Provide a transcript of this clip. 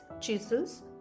chisels